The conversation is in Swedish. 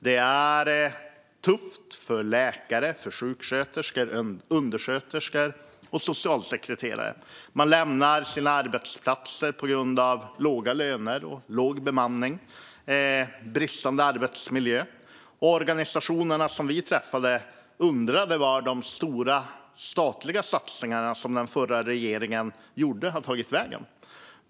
Det är tufft för läkare, sjuksköterskor, undersköterskor och socialsekreterare. Man lämnar sina arbetsplatser på grund av låga löner, låg bemanning och bristande arbetsmiljö. De organisationer vi träffade undrar vart de stora statliga satsningar som den förra regeringen gjorde har tagit vägen.